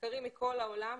מחקרים מכל העולם,